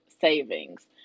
savings